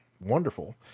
wonderful